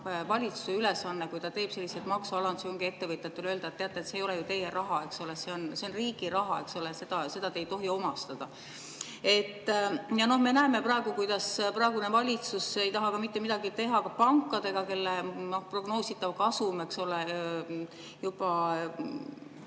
valitsuse ülesanne, kui ta teeb selliseid maksualandusi, ettevõtjatele öelda, et teate, see ei ole ju teie raha, eks ole, see on riigi raha, eks ole, seda te ei tohi omastada. Me näeme, kuidas praegune valitsus ei taha mitte midagi teha ka pankadega, kelle prognoositav kasum on juba